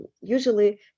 usually